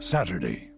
Saturday